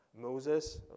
Moses